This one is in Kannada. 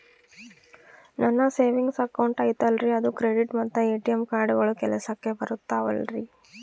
ನನ್ನ ಸೇವಿಂಗ್ಸ್ ಅಕೌಂಟ್ ಐತಲ್ರೇ ಅದು ಕ್ರೆಡಿಟ್ ಮತ್ತ ಎ.ಟಿ.ಎಂ ಕಾರ್ಡುಗಳು ಕೆಲಸಕ್ಕೆ ಬರುತ್ತಾವಲ್ರಿ?